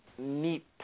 neat